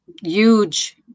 huge